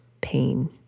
pain